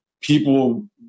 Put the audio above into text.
people